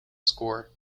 score